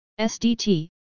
SDT